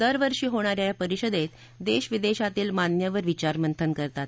दरवर्षी होणाऱ्या या परिषदेत देश विदेशातील मान्यवर विचारमंथन करतात